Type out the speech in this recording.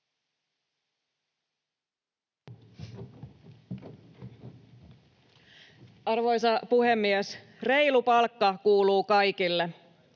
Arvoisa puhemies! Reilu palkka kuuluu kaikille,